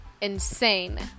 insane